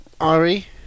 Ari